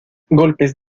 golpes